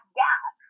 gas